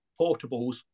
portables